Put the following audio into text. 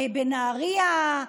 בנהריה.